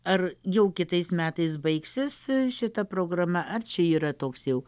ar jau kitais metais baigsis šita programa ar čia yra toks jau